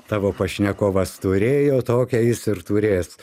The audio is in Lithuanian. tavo pašnekovas turėjo tokią jis ir turės